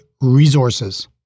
resources